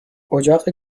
اجاق